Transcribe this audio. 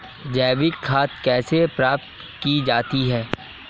जैविक खाद कैसे प्राप्त की जाती है?